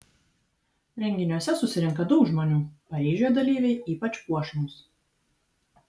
renginiuose susirenka daug žmonių paryžiuje dalyviai ypač puošnūs